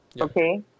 okay